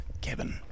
Kevin